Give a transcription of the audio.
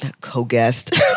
co-guest